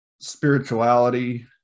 spirituality